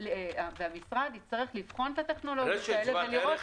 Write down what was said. המשרד יצטרך לבחון את הטכנולוגיות האלה ולראות